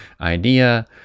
idea